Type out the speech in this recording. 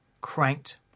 cranked